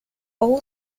all